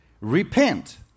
repent